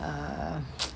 err